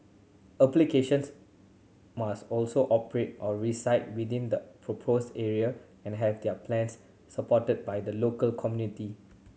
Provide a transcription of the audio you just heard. applications must also operate or reside within the proposed area and have their plans supported by the local community